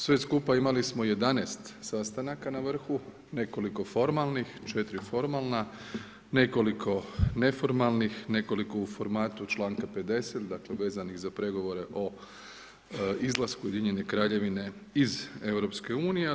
Sve skupa imali smo 11 sastanaka na vrhu, nekoliko formalnih, 4 formalna, nekoliko neformalnih, nekoliko u formatu članka 50, dakle vezanih za pregovore o izlasku Ujedinjene Kraljevine iz Europske unije.